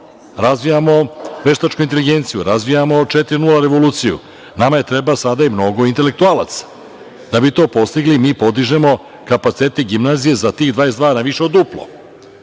razvijamo veštačku inteligenciju, razvijamo 4.0 revoluciju. Nama treba sada i mnogo intelektualaca. Da bi to postigli, mi podižemo kapacitete gimnazije sa tih 22 na više od duplo.